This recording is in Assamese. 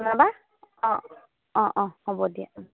জনাবা অঁ অঁ অঁ হ'ব দিয়া